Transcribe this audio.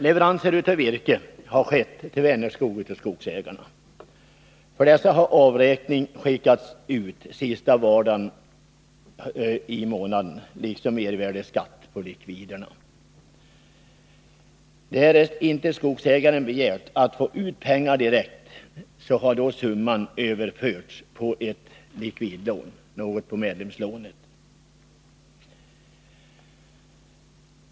Leveranser av virke har skett från skogsägarna till Vänerskog. För dessa leveranser har avräkning skickats ut sista vardagen i månaden liksom besked om mervärdeskatt. Därest inte skogsägaren begärt att få ut pengar direkt har summan överförts på ett medlemslån-likvidlån efter någon dag.